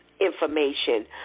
information